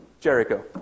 Jericho